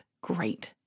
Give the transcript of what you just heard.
great